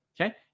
okay